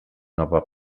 nova